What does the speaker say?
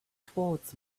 towards